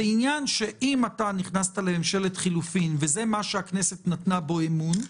זה עניין שאם אתה נכנס לממשלת חילופים וזה מה שהכנסת נתנה בו אמון,